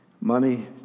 Money